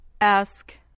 Ask